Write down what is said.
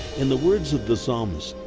in the words of the psalmist,